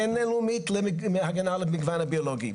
בינלאומית, להגנה על המגוון הביולוגי.